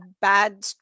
bad